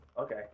Okay